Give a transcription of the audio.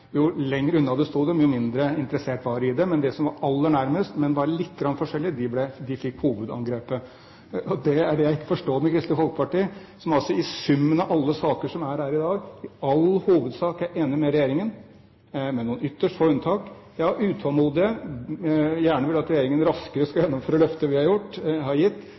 Jo lenger unna dem du sto, jo mindre interessert var de i det. De som var aller nærmest, men bare lite grann forskjellig, de fikk hovedangrepet. Det er det jeg ikke forstår med Kristelig Folkeparti, som altså i summen av alle saker her i dag i all hovedsak er enig med regjeringen, med noen ytterst få unntak. Når man er utålmodige, vil gjerne at regjeringen raskere skal gjennomføre løftet vi har gitt,